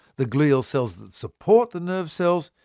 the glial cells that support the nerve cells,